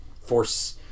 force